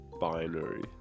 binary